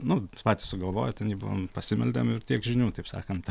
nu patys sugalvoję ten jį buvom pasimeldėm ir tiek žinių taip sakant